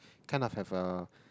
kind of have uh